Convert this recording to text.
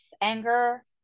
anger